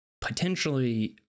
potentially